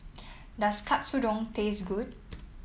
does Katsudon taste good